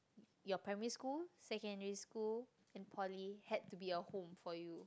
your primary school secondary school and poly had to be a home for you